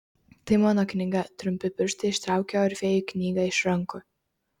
tai mano knyga trumpi pirštai ištraukė orfėjui knygą iš rankų